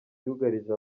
byugarije